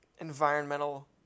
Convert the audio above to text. Environmental